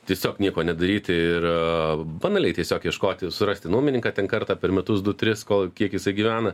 tiesiog nieko nedaryti ir banaliai tiesiog ieškoti ir surasti nuomininką ten kartą per metus du tris kol kiek jisai gyvena